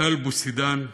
טל בוסידן,